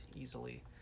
easily